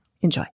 Enjoy